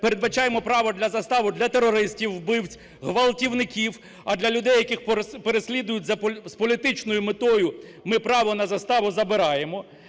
передбачаємо право застави для терористів, вбивць, ґвалтівників, а для людей, яких переслідують з політичною метою, ми право на заставу забираємо.